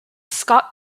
scott